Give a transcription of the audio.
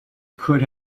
could